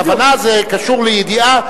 כוונה זה קשור לידיעה,